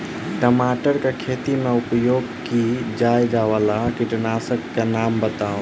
टमाटर केँ खेती मे उपयोग की जायवला कीटनासक कऽ नाम बताऊ?